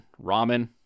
Ramen